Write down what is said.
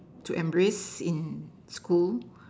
to embrace in school